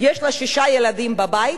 יש לה שישה ילדים בבית,